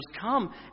come